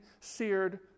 seared